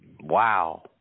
Wow